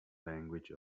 language